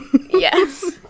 yes